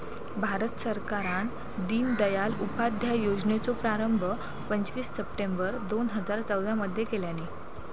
भारत सरकारान दिनदयाल उपाध्याय योजनेचो प्रारंभ पंचवीस सप्टेंबर दोन हजार चौदा मध्ये केल्यानी